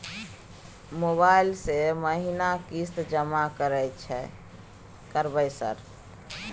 Mobile से महीना किस्त जमा करबै सर?